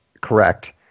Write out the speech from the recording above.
correct